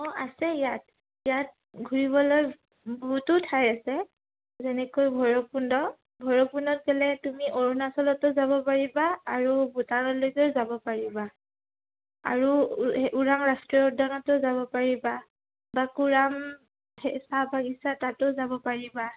অঁ আছে ইয়াত ইয়াত ঘূৰিবলৈ বহুতো ঠাই আছে যেনেকৈ ভৈৰৱকুণ্ড ভৈৰৱকুণ্ড গ'লে তুমি অৰুণাচলতো যাব পাৰিবা আৰু ভূটানলৈকে যাব পাৰিবা আৰু এই ওৰাং ৰাষ্ট্ৰীয় উদ্যানতো যাব পাৰিবা বা কুৰাম চাহ বাগিচা তাতো যাব পাৰিবা